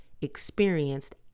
experienced